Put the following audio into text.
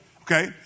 Okay